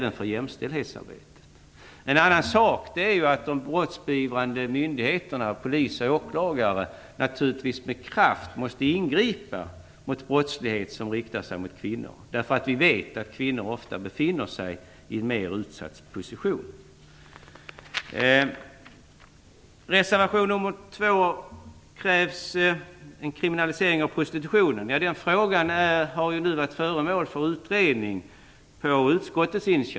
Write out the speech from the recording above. En annan sak är att de brottsbeivrande myndigheterna, polis och åklagare, naturligtvis med kraft måste ingripa mot brottslighet som riktar sig mot kvinnor, eftersom vi vet att kvinnor ofta befinner sig i en mer utsatt position. I reservation nr 2 krävs en kriminalisering av prostitutionen. Den frågan har nu på utskottets initiativ varit föremål för utredning.